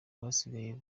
basigaye